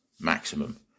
maximum